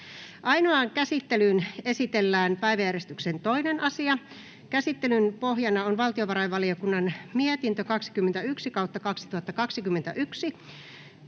Ainoaan käsittelyyn esitellään päiväjärjestyksen 2. asia. Käsittelyn pohjana on valtiovarainvaliokunnan mietintö VaVM 21/2021